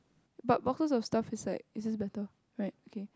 but boxes of stuff is like is just better right okay